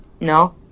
No